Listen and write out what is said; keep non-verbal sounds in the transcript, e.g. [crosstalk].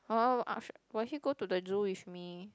oh [noise] will he go to the zoo with me